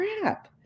crap